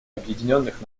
объединенных